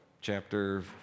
chapter